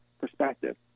perspective